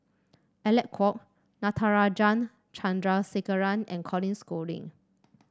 Alec Kuok Natarajan Chandrasekaran and Colin Schooling